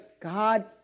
God